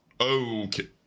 okay